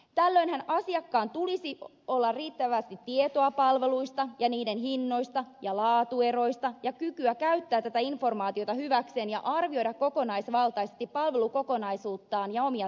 tällöinhän asiakkaalla tulisi olla riittävästi tietoa palveluista ja niiden hinnoista ja laatueroista ja kykyä käyttää tätä informaatiota hyväkseen ja arvioida kokonaisvaltaisesti palvelukokonaisuuttaan ja omia tarpeitaan